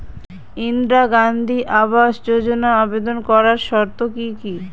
ইন্দিরা গান্ধী আবাস যোজনায় আবেদন করার শর্ত কি কি?